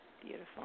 Beautiful